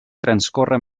transcórrer